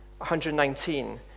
119